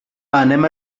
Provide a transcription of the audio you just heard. anem